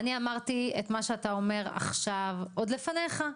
אני אמרתי את מה שאתה אומר עכשיו עוד לפניך,